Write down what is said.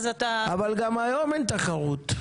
אבל גם היום אין תחרות.